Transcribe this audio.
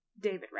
david